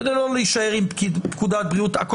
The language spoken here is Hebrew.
כדי לא להישאר עם פקודת בריאות העם,